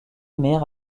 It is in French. maire